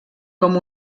com